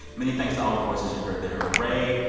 many thanks to all the voices you heard there ray,